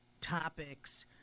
topics